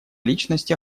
личности